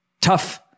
tough